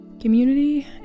Community